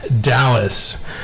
Dallas